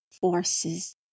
forces